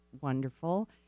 wonderful